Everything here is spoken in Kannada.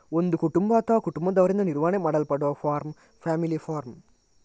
ಒಂದು ಕುಟುಂಬ ಅಥವಾ ಕುಟುಂಬದವರಿಂದ ನಿರ್ವಹಣೆ ಮಾಡಲ್ಪಡುವ ಫಾರ್ಮ್ ಫ್ಯಾಮಿಲಿ ಫಾರ್ಮ್